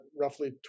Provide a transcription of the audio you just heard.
roughly